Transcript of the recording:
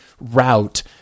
route